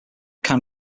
kind